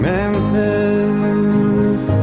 Memphis